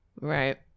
Right